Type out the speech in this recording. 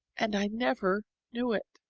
and i never knew it.